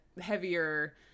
heavier